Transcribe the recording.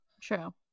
True